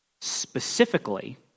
Specifically